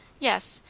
yes.